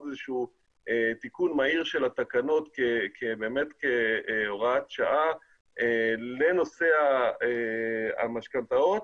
איזשהו תיקון מהיר של התקנות כהוראת שעה לנושא המשכנתאות